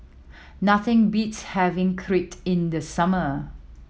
nothing beats having Crepe in the summer